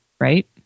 right